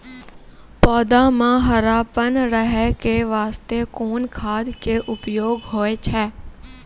पौधा म हरापन रहै के बास्ते कोन खाद के उपयोग होय छै?